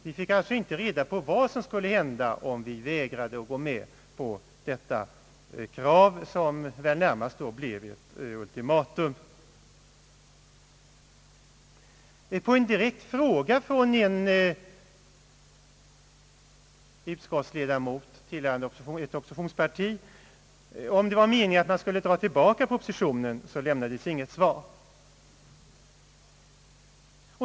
Vi fick alltså inte reda på vad som skulle hända om vi vägrade att gå med på detta krav, som väl närmast blev ett ultimatum. På en direkt fråga från en utskottsledamot, tillhörande ett oppositionsparti, om det var meningen att regeringen skulle dra tillbaka propositionen, lämnades inte något svar.